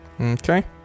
Okay